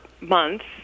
months